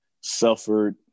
suffered